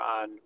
on